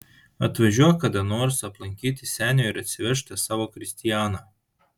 atvažiuok kada nors aplankyti senio ir atsivežk tą savo kristianą